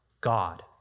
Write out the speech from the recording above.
God